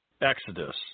Exodus